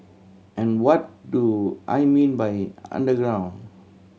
and what do I mean by underground